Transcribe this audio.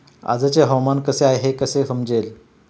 आजचे हवामान कसे आहे हे कसे समजेल?